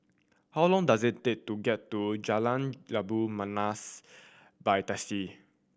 how long does it take to get to Jalan Labu Manis by taxi